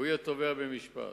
יהיה תובע במשפט.